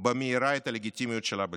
במהרה את הלגיטימיות שלה בציבור.